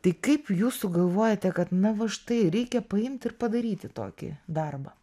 tai kaip jūs sugalvojote kad na va štai reikia paimti ir padaryti tokį darbą